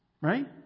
right